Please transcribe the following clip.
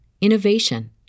innovation